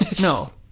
No